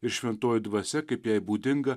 ir šventoji dvasia kaip jai būdinga